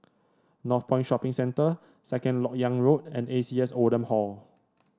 Northpoint Shopping Centre Second LoK Yang Road and A C S Oldham Hall